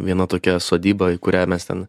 viena tokia sodybaį kurią mes ten